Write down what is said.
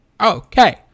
Okay